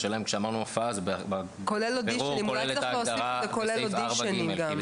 השאלה אם כשאמרנו "הופעה" זה כולל את ההגדרה בסעיף 4(ג).